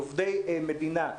עובדי מדינה,